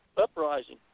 uprising